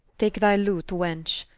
take thy lute wench,